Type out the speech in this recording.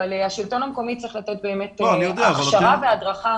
אבל השלטון המקומי צריך באמת לתת הכשרה והדרכה.